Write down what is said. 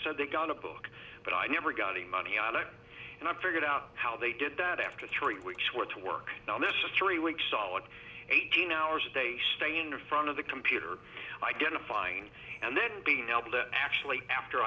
so they got a book but i never got any money allen and i figured out how they did that after three weeks were to work now this is three weeks solid eighteen hours a day staying in front of the computer identifying and then being able to actually after